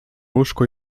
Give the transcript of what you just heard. łóżko